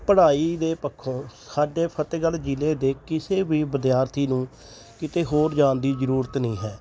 ਪੜ੍ਹਾਈ ਦੇ ਪੱਖੋਂ ਸਾਡੇ ਫਤਿਹਗੜ੍ਹ ਜ਼ਿਲ੍ਹੇ ਦੇ ਕਿਸੇ ਵੀ ਵਿਦਿਆਰਥੀ ਨੂੰ ਕਿਤੇ ਹੋਰ ਜਾਣ ਦੀ ਜ਼ਰੂਰਤ ਨਹੀਂ ਹੈ